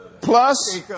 Plus